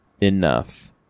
enough